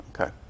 Okay